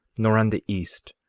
nor on the east,